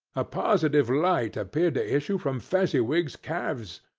a positive light appeared to issue from fezziwig's calves.